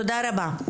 תודה רבה.